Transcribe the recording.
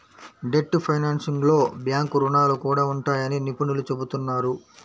debt ఫైనాన్సింగ్లో bank రుణాలు కూడా ఉంటాయని నిపుణులు చెబుతున్నారు